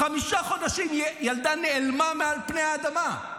חמישה חודשים, ילדה נעלמה מעל פני האדמה.